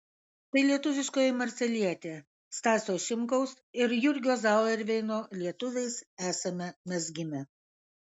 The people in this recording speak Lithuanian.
tai lietuviškoji marselietė stasio šimkaus ir jurgio zauerveino lietuviais esame mes gimę